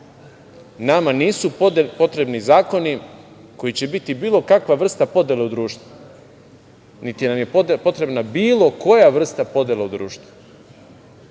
nama nisu potrebni zakoni koji će biti bilo kakva vrsta podele u društvu, niti nam je potrebna bilo koja vrsta podele u društvu.E